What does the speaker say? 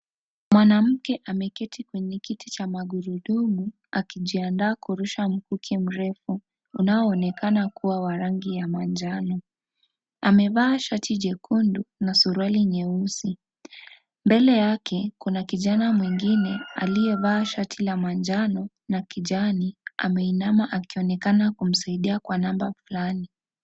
Mwanamke ameketi kwenye kiti cha magurudumu akijiandaa kurusha mkuki mrefu unao onekana kuwa ya rangi ya manjano. Amevaa shati jekundu na suruali nyeusi. Mbele yake Kuna kijana mwingine aliye vaa shati la manjano na Kijani ameina akionekana kumsaidia kwa namba Fulani.